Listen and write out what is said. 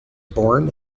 born